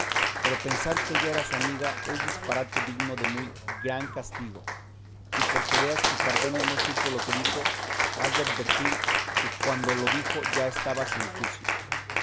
pero pensar que ella era su amiga es disparate digno de muy gran castigo y porque veas que cardenio no supo lo que dijo has de advertir que cuando lo dijo ya estaba sin juicio